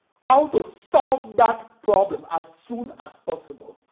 how to solve that problem as soon as possible.